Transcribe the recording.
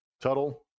Tuttle